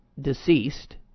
deceased